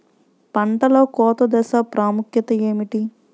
పంటలో కోత దశ ప్రాముఖ్యత ఏమిటి?